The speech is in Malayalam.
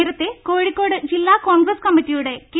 നേരത്തെ കോഴിക്കോട് ജില്ലാ കോൺഗ്രസ് കമ്മറ്റിയുടെ കെ